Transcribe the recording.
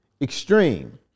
extreme